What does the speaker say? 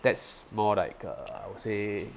that's more like uh I would say